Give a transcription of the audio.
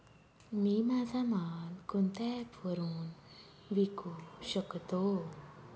मी माझा माल कोणत्या ॲप वरुन विकू शकतो?